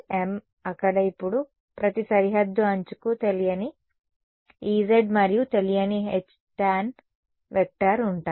mm అక్కడ ఇప్పుడు ప్రతి సరిహద్దు అంచుకు తెలియని Ez మరియు తెలియని Htan ఉంటాయి